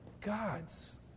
God's